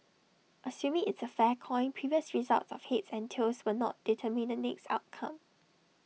assuming it's A fair coin previous results of heads and tails will not determine the next outcome